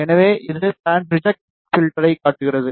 எனவே இது band reject பில்டர்யைக் காட்டுகிறது